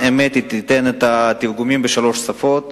את התרגומים בשלוש שפות.